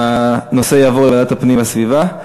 הנושא יעבור לוועדת הפנים והגנת הסביבה.